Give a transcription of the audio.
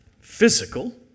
physical